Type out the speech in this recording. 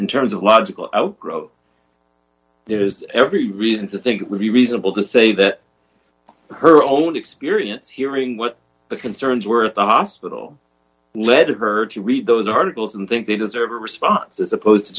in terms of logical outgrowth there is every reason to think it would be reasonable to say that her only experience hearing what the concerns were at the hospital led her to read those articles and think they deserve a response as opposed to